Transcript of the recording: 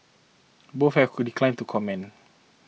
both have declined to comment